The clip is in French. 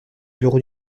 bureau